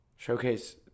showcase